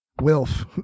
Wilf